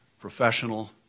professional